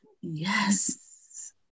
Yes